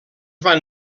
van